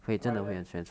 why leh